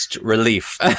relief